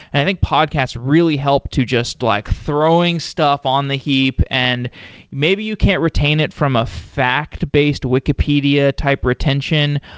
and i think podcasts really help to just like throwing stuff on the heap and maybe you can't retain it from a fact-based wikipedia type retention,